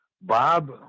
Bob